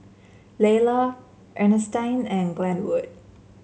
Laylah Earnestine and Glenwood